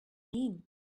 mean